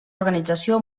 organització